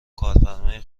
کارفرمای